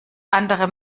andere